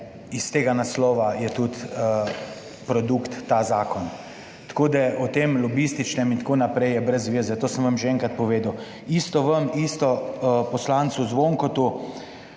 iz tega naslova je tudi produkt ta zakon. Tako, da o tem lobističnem in tako naprej je brez veze, to sem vam že enkrat povedal, isto vam, isto poslancu Zvonku,